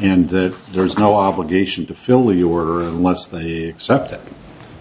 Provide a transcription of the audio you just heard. and that there is no obligation to philly or lunch they stuffed it